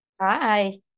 Hi